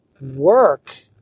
work